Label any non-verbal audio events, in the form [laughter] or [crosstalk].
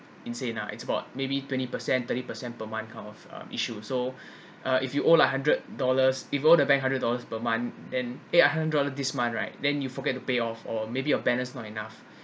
insane ah it's about maybe twenty percent thirty percent per month kind of uh issue so [breath] uh if you owe like hundred dollars if owe the bank hundred dollars per month hundred dollar this month right then you forget to pay off or maybe your balance not enough